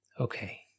Okay